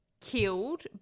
killed